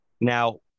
now